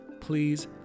please